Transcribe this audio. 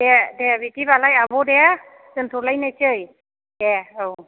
दे दे बिदिबालाय आब' दे दोनथ'लायनोसै दे औ